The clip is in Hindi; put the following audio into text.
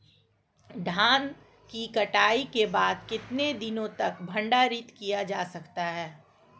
धान की कटाई के बाद कितने दिनों तक भंडारित किया जा सकता है?